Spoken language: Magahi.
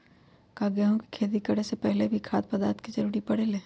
का गेहूं के खेती करे से पहले भी खाद्य पदार्थ के जरूरी परे ले?